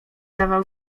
dawał